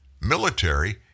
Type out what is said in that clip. military